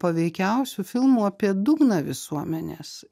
paveikiausių filmų apie dugną visuomenės